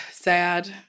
sad